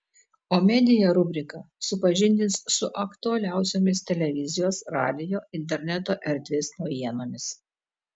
o media rubrika supažindins su aktualiausiomis televizijos radijo interneto erdvės naujienomis